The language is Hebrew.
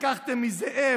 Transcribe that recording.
לקחתם מזאב,